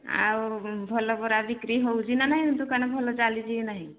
ଆଉ ଭଲ ପରା ବିକ୍ରି ହେଉଛି ନା ନାହିଁ ଦୋକାନ ଭଲ ଚାଲିଛି ନାହିଁ